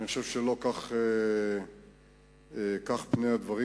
אני חושב שלא אלה הם פני הדברים.